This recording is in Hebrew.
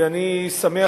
ואני שמח,